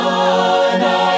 one